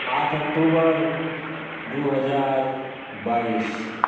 आठ अक्टूबर दू हजार बाइस